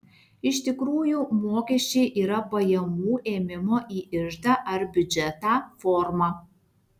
iš tikrųjų mokesčiai yra pajamų ėmimo į iždą ar biudžetą forma